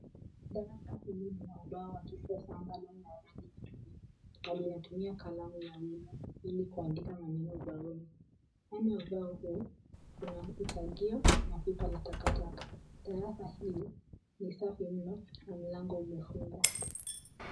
Darasa hili lina ubao wa kisasa ambalo ni ya rangi nyeupe na lina tumia kalamu ya wino ili kuandika maneno ubaoni . Kando ya ubao huu, kuna ufagio na pipa la taka taka . Darasa hili ni safi mno na mlango umefungwa.